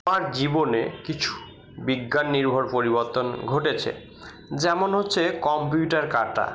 আমার জীবনে কিছু বিজ্ঞান নির্ভর পরিবর্তন ঘটেছে যেমন হচ্ছে কম্পিউটার কাঁটা